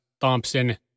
Thompson